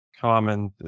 common